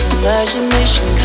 imagination